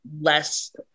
less